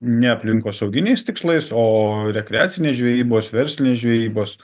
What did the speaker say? ne aplinkosauginiais tikslais o rekreacinės žvejybos verslinės žvejybos